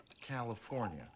California